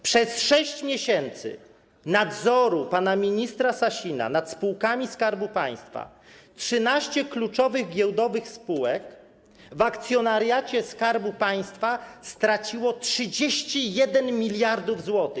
Przez 6 miesięcy nadzoru pana ministra Sasina nad spółkami Skarbu Państwa 13 kluczowych giełdowych spółek w akcjonariacie Skarbu Państwa straciło 31 mld zł.